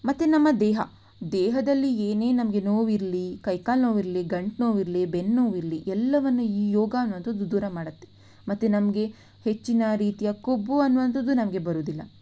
ಮತ್ತು ನಮ್ಮ ದೇಹ ದೇಹದಲ್ಲಿ ಏನೇ ನಮಗೆ ನೋವಿರಲಿ ಕೈಕಾಲು ನೋವಿರಲಿ ಗಂಟು ನೋವಿರಲಿ ಬೆನ್ನು ನೋವಿರಲಿ ಎಲ್ಲವನ್ನು ಈ ಯೋಗ ಅನ್ನುವಂಥದ್ದು ದೂರ ಮಾಡತ್ತೆ ಮತ್ತು ನಮಗೆ ಹೆಚ್ಚಿನ ರೀತಿಯ ಕೊಬ್ಬು ಅನ್ನುವಂಥದ್ದು ನಮಗೆ ಬರುವುದಿಲ್ಲ